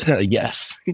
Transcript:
Yes